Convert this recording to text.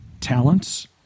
talents